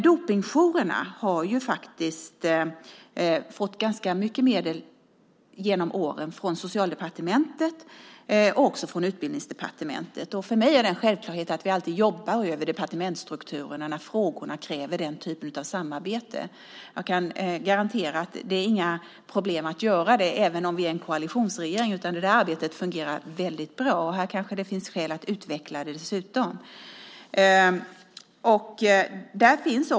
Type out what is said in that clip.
Dopingjouren har genom åren fått mycket medel från Socialdepartementet och från Utbildningsdepartementet. För mig är det en självklarhet att vi jobbar över departementsstrukturerna när frågorna kräver den typen av samarbete. Jag kan garantera att det inte är några problem att göra det även om vi är en koalitionsregering. Det arbetet fungerar bra, och här kan det finnas skäl att utveckla det.